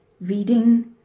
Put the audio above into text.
Reading